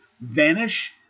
vanish